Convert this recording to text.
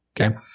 Okay